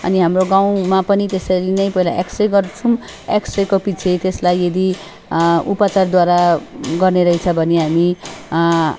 अनि हाम्रो गाउँमा पनि त्यसरी नै पहिला एक्स रे गर्छौँ एक्स रेको पछि त्यसलाई यदि उपचारद्वारा गर्ने रहेछ भने हामी